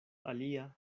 alia